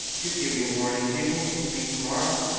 do give me warning. do you think it will be to-morrow?